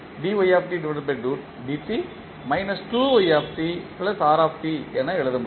நாம் என எழுத முடியும்